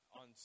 on